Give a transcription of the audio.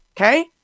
Okay